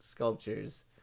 sculptures